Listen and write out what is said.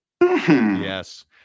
Yes